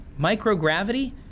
microgravity